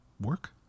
work